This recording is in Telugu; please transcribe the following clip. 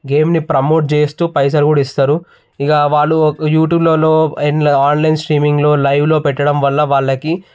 గేమ్ని ప్రమోట్ చేస్తు పైసలు కూడా ఇస్తారు ఇక వాళ్ళు యూట్యూబ్లలో ఎండ్ల ఆన్లైన్ స్ట్రీమింగ్లో లైవ్లో పెట్టడం వల్ల వాళ్ళకి